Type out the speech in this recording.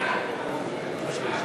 בעד.